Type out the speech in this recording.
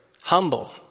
humble